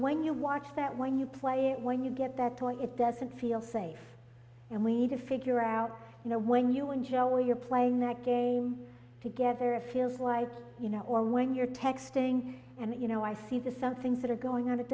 when you watch that when you play it when you get that toy it doesn't feel safe and we need to figure out now you know when you and joe you're playing that game together feels like you know or when you're texting and you know i see the some things that are going on it